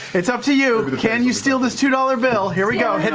it's up to you. can you steal this two dollar bill? here we go.